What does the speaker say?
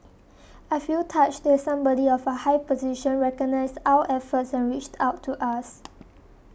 I feel touched that somebody of a high position recognised our efforts and reached out to us